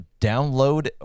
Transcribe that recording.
download